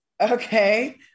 Okay